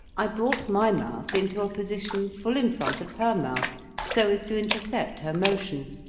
i brought my mouth into a position full in front of her mouth so as to intercept her motion,